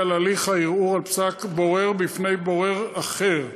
להליך הערעור על פסק בורר בפני בורר אחר.